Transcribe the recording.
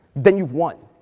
then you've won.